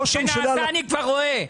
אני כבר רואה,